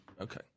Okay